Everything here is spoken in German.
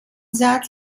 satz